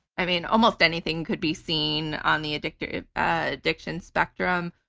i mean, almost anything could be seen on the addiction addiction spectrum.